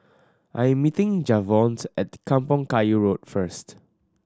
I am meeting Javonte at Kampong Kayu Road first